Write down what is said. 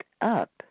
up